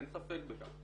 אין ספק בכך.